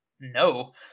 No